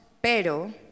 Pero